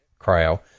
Cryo